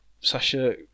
Sasha